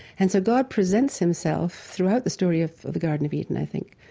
and so god presents himself throughout the story of of the garden of eden, i think,